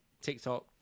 TikTok